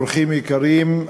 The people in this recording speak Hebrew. אורחים יקרים,